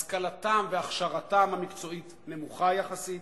השכלתם והכשרתם המקצועית נמוכות יחסית,